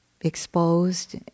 exposed